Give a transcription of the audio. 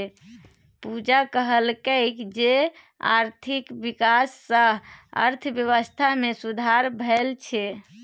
पूजा कहलकै जे आर्थिक बिकास सँ अर्थबेबस्था मे सुधार भेल छै